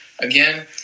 again